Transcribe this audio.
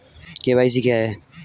KYC क्या है?